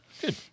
Good